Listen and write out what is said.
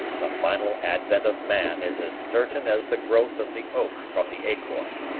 the final advent of man is as certain as the growth of the oak from the acorn.